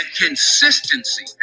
consistency